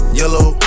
yellow